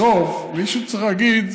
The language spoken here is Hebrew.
בסוף מישהו צריך להגיד: